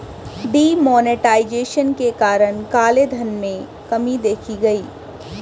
D monetization के कारण काले धन में कमी देखी गई